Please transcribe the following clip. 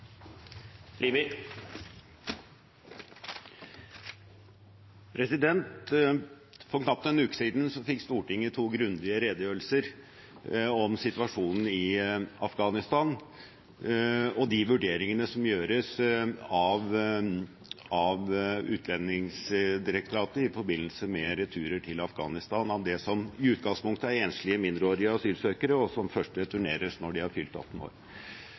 For knapt en uke siden fikk Stortinget to grundige redegjørelser om situasjonen i Afghanistan og de vurderingene som gjøres av Utlendingsdirektoratet i forbindelse med returer til Afghanistan av det som i utgangspunktet er enslige mindreårige asylsøkere, og som først returneres når de har fylt 18 år.